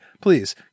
please